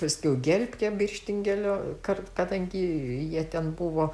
paskiau geltkė birštingelio kar kadangi jie ten buvo